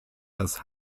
das